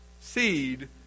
seed